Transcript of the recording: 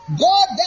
God